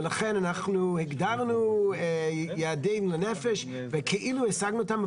לכן אנחנו הגדרנו יעדים לנפש וכאילו השגנו אותם,